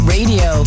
Radio